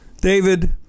David